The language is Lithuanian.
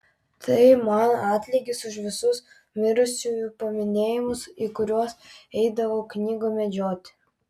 tai man atlygis už visus mirusiųjų paminėjimus į kuriuos eidavau knygų medžioti